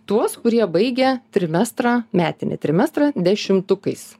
tuos kurie baigė trimestrą metinį trimestrą dešimtukais